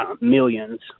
millions